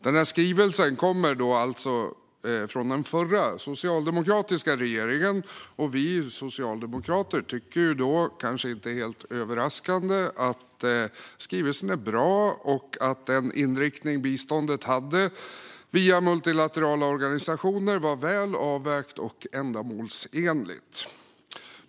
Den här skrivelsen kommer från den förra socialdemokratiska regeringen, och vi socialdemokrater tycker, kanske inte helt överraskande, att skrivelsen är bra och att den inriktning biståndet via multilaterala organisationer hade var väl avvägd och ändamålsenlig.